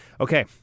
Okay